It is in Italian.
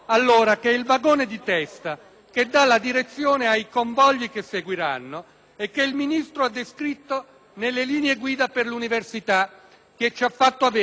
che dà la direzione ai convogli che seguiranno e che il Ministro ha descritto nelle linee guida per l'università, che ci ha fatto avere qualche giorno fa.